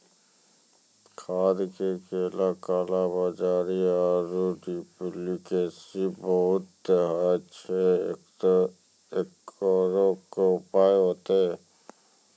खाद मे काला कालाबाजारी आरु डुप्लीकेसी बहुत होय छैय, एकरो की उपाय होते?